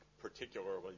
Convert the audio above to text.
particularly